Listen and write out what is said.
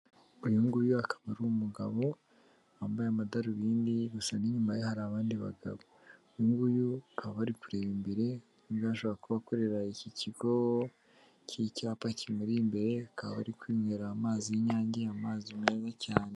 Uyu nguyu akaba ari umugabo wambaye amadarubindi gusa n'inyuma ye hari abandi bagabo. Uyu nguyu akaba ari kureba imbere, umwe ashakaga kuba akorera iki kigo cy'icyapa kimuri imbere, akaba ari kwinywera amazi y'inyange amazi meza cyane.